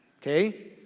Okay